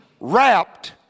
wrapped